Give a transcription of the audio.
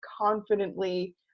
confidently